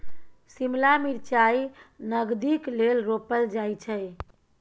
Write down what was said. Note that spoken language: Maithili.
शिमला मिरचाई नगदीक लेल रोपल जाई छै